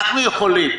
אנחנו יכולים,